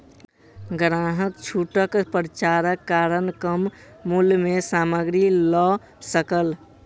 ग्राहक छूटक पर्चाक कारण कम मूल्य में सामग्री लअ सकल